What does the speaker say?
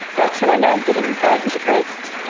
that's when i know i'm getting badly depressed,